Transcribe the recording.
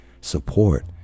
support